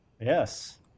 Yes